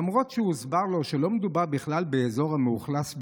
למרות שהוסבר לו שלא מדובר בכלל באזור המאוכלס ביהודים,